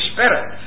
Spirit